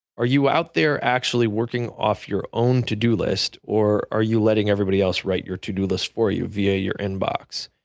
are you out there actually working off your own to-do list, or are you letting everybody else write your to-do list for you via your inbox?